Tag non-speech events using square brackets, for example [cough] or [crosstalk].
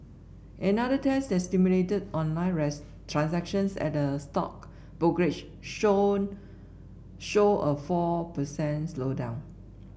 another test that simulated online [unintelligible] transactions at a stock brokerage show showed a four per cent slowdown